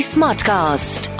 Smartcast